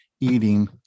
eating